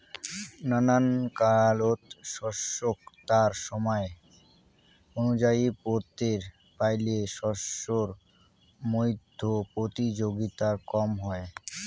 নানান কালত শস্যক তার সমায় অনুযায়ী পোতের পাইলে শস্যর মইধ্যে প্রতিযোগিতা কম হয়